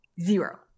Zero